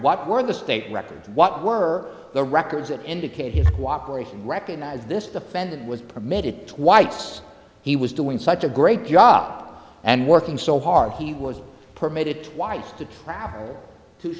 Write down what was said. what were the state records what were the records that indicate cooperation recognize this defendant was permitted to whites he was doing such a great job and working so hard he was permitted twice to travel to